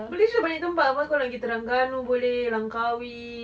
malaysia banyak tempat apa kau nak gi terengganu boleh langkawi